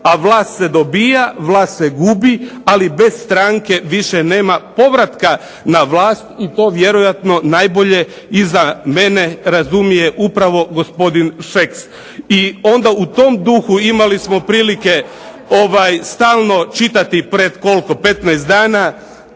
A vlast se dobiva, vlast se gubi, ali bez stranke više nema povratka na vlast i to vjerojatno najbolje iza mene razumije upravo gospodin Šeks. I onda u tom duhu imali smo prilike stalno čitati pred koliko, 15 dana,